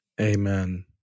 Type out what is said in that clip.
Amen